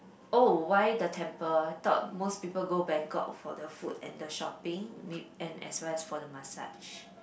oh why the temple thought most people go Bangkok for the food and the shopping may~ and as well as for the massage